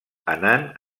anant